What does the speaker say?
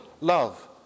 love